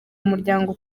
umuryango